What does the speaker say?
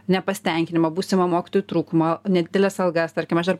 nepasitenkinimą būsimą mokytojų trūkumą nedideles algas tarkim aš dar